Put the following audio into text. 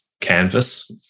canvas